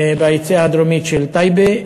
ביציאה הדרומית של טייבה.